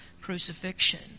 crucifixion